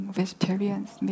vegetarians